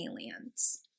aliens